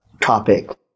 topic